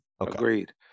Agreed